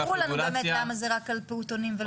ותסבירו לנו באמת למה זה רק על פעוטונים ולא על,